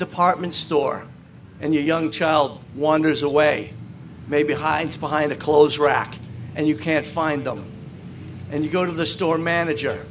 department store and your young child wanders away maybe hides behind a clothes rack and you can't find them and you go to the store manager